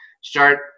start